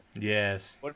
Yes